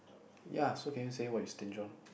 ya so okay can you say what you stinge on